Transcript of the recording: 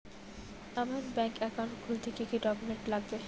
আমার bank account খুলতে কি কি ডকুমেন্ট লাগবে?